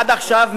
עד עכשיו,